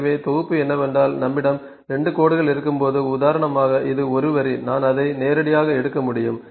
எனவே தொகுப்பு என்னவென்றால் நம்மிடம் 2 கோடுகள் இருக்கும்போது உதாரணமாக இது 1 வரி நான் அதை நேரடியாக எடுக்க முடியும்